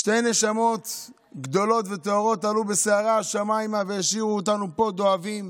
שתי נשמות גדולות וטהורות עלו בסערה השמיימה והשאירו אותנו פה דואבים.